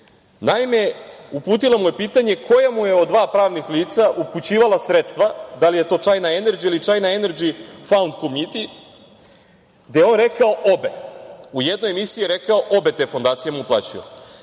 uputila mu je pitanje - koja mu je od dva pravnih lica upućivala sredstva, da li je to „Čajna enerdži“ ili „Čajna enerdži fond komiti“, gde je on rekao - obe. U jednoj emisiji je rekao obe te fondacije mu uplaćuju.